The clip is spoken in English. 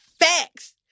Facts